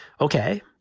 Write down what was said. okay